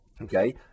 okay